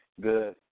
Good